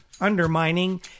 undermining